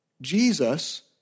Jesus